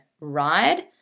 ride